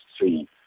see